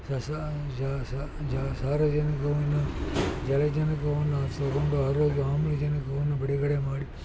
ಸಸ ಜ ಸ ಜ ಸಾರಜನಕವನ್ನು ಜಲಜನಕವನ್ನು ಆರೋಗ್ಯ ಆಮ್ಲಜನಕವನ್ನು ಬಿಡುಗಡೆ ಮಾಡಿ